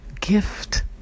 gift